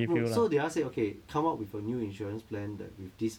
no so that one say okay come up with a new insurance plan that with this